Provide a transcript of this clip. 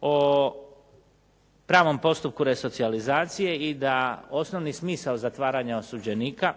o pravom postupku resocijalizacije i da osnovni smisao zatvaranja osuđenika